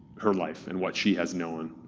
her life and what she has known.